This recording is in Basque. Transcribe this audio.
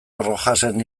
rojasen